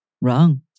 wrong